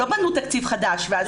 לא בנו תקציב חדש ואז הכניסו .